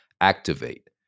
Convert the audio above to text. activate